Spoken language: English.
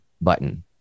button